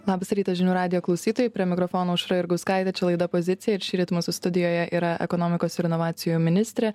labas rytas žinių radijo klausytojai prie mikrofono aušra jurgauskaitė čia laida pozicija ir šįryt mūsų studijoje yra ekonomikos ir inovacijų ministrė